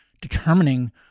determining